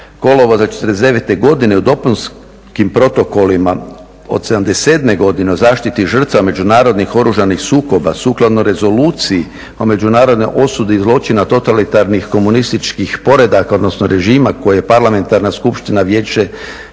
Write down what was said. kolovoza 49. godine o dopunskim protokolima od 77. godine o zaštiti žrtava međunarodnih oružanih sukoba sukladno rezoluciji o međunarodnoj osudi zločina totalitarnih komunističkih poredaka, odnosno režima koje je Parlamentarna skupština Vijeća